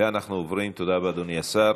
תודה רבה, אדוני השר.